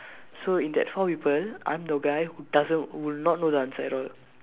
so in that four people I'm the guy who doesn't know the answer at all